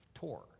tour